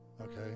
okay